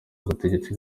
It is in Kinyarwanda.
w’ubutegetsi